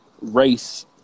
race